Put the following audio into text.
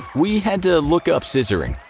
we had to look up scissoring.